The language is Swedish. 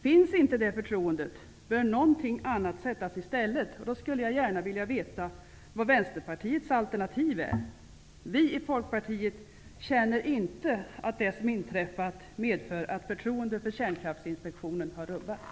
Finns inte det förtroendet, bör någonting annat sättas i stället. Jag skulle gärna vilja veta vad Vänsterpartiets alternativ är. Vi i Folkpartiet känner inte att det som inträffat medför att förtroendet för Kärnkraftsinspektionen har rubbats.